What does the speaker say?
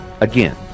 Again